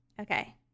Okay